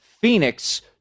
Phoenix